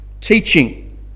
teaching